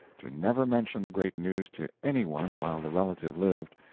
to never mention the great news to any one while the relative lived,